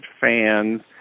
fans